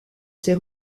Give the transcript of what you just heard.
ses